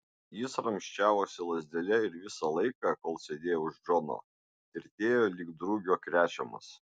jis ramsčiavosi lazdele ir visą laiką kol sėdėjo už džono tirtėjo lyg drugio krečiamas